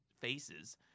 faces